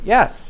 Yes